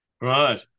Right